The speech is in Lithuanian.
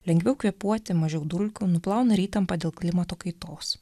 lengviau kvėpuoti mažiau dulkių nuplauna ir įtampą dėl klimato kaitos